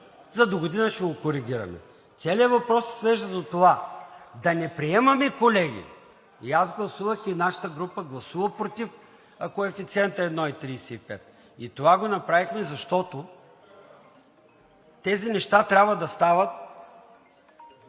за догодина ще го коригираме. Целият въпрос се свежда до това да не приемаме, колеги, и аз гласувах, и нашата група гласува против коефициента 1,35. Това го направихме, защото тези неща трябва да стават